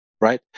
right